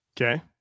Okay